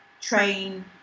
train